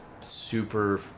super